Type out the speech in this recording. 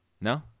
No